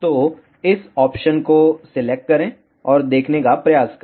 तो इस ऑप्शन को सिलेक्ट करें और देखने का प्रयास करें